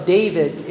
David